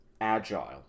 agile